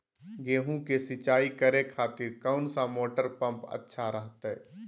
गेहूं के सिंचाई करे खातिर कौन सा मोटर पंप अच्छा रहतय?